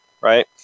Right